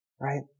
right